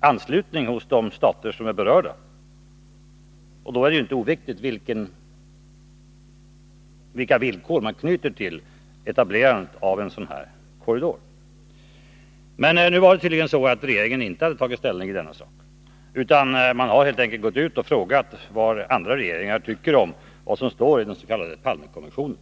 anslutning hos de stater som är berörda. Då är det inte oviktigt vilka villkor man knyter till etablerandet av en sådan korridor. Men nu hade regeringen tydligen inte tagit ställning i denna sak, utan man har helt enkelt gått ut och frågat vad andra regeringar tycker om det som ståridens.k. Palmekommissionens text. Herr talman!